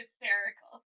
hysterical